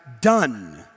done